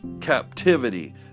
captivity